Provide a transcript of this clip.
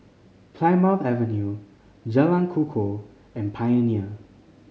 Plymouth Avenue Jalan Kukoh and Pioneer